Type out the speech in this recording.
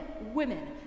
women